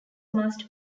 must